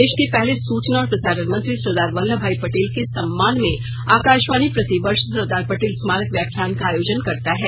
देश के पहले सूचना और प्रसारण मंत्री सरदार वल्लभ भाई पटेल के सम्मान में आकाशवाणी प्रति वर्ष सरदार पटेल स्मारक व्याख्यान का आयोजन करता है